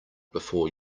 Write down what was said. before